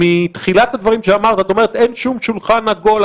מתחילת הדברים שאמרת את אומרת שאין שום שולחן עגול,